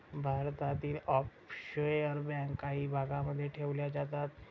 भारतातील ऑफशोअर बँका काही भागांमध्ये ठेवल्या जातात